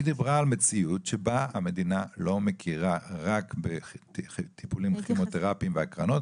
היא דיברה על המציאות שבה המדינה מכירה רק בטיפולים כימותרפיים והקרנות,